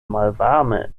malvarme